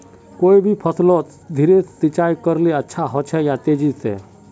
कोई भी फसलोत धीरे सिंचाई करले अच्छा होचे या तेजी से?